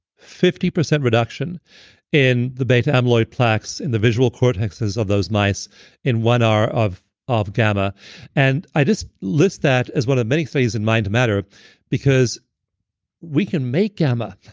fifty percent reduction in the beta-amyloid plaques in the visual cortexes of those mice in one hour of of gamma and i just list that as one of the many things in mind to matter because we can make gamma.